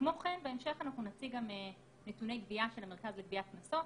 כמו כן בהמשך אנחנו נציג גם נתוני גבייה של המרכז לגביית קנסות